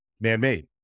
Man-made